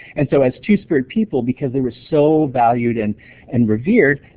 and so as two-spirit people, because they were so valued and and revered,